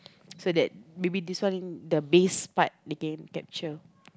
so that maybe this one the bass part they can capture